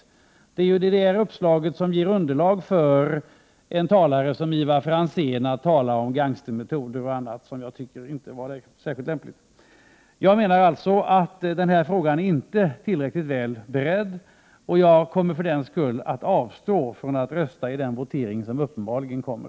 Just det här uppslaget ger underlag för en talare som Ivar Franzén att tala om gangstermetoder och annat, vilket jag inte tycker var särskilt lämpligt. Jag menar alltså att frågan inte är tillräckligt väl beredd, och jag kommer för den skull att avstå från att rösta i den votering som uppenbarligen kommer.